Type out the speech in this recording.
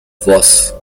voss